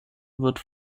wird